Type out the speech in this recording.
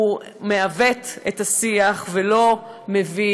הוא מעוות את השיח ולא מביא